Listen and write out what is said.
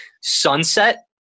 Sunset